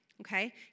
Okay